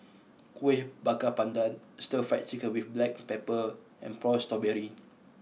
Kuih Bakar Pandan Stir Fried Chicken with Black Pepper and Prata Berry